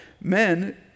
Men